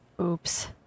Oops